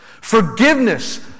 Forgiveness